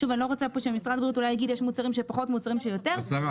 אולי משרד הבריאות יגיד שיש מוצרים שפחות ומוצרים שיותר,